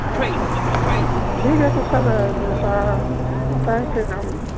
اچھا اچھا اچھا ٹھیک ہے تو سر جیسا ہوتا ہے پھر ہم